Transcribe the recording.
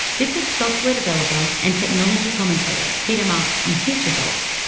this is software developer and technology commentator peter marks on his results,